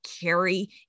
carry